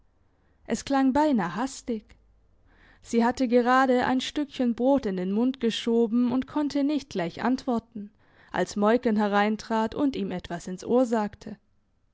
es klang beinah hastig sie hatte gerad ein stückchen brot in den mund geschoben und konnte nicht gleich antworten als moiken hereintrat und ihm etwas ins ohr sagte